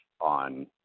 on